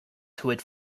toured